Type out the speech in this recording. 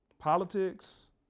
Politics